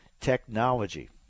technology